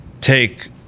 take